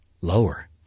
Lower